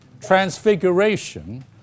transfiguration